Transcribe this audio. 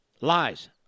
Lies